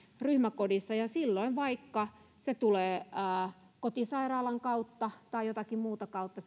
ryhmäkodissa ja silloin se kivunlievitys tulee vaikka kotisairaalan kautta tai jotakin muuta kautta